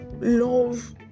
love